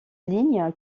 ligne